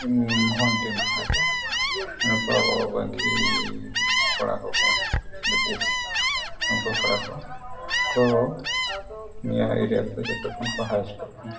home team ᱠᱟᱱᱟ ᱠᱚ ᱟᱵᱚ ᱵᱟᱝᱠᱤ ᱠᱚᱲᱟ ᱠᱚ ᱠᱟᱱᱟ ᱠᱚ ᱵᱤᱴᱤᱥ ᱩᱱᱠᱩ ᱠᱚᱲᱟ ᱠᱚ ᱠᱚ ᱱᱤᱭᱟᱹ ᱮᱨᱤᱭᱟ ᱨᱮᱫᱚ ᱡᱚᱛᱚ ᱠᱷᱚᱱ ᱠᱚ ᱦᱟᱭᱮᱥᱴᱚᱜ ᱠᱟᱱᱟ